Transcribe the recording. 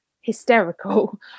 hysterical